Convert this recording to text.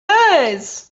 eyes